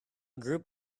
group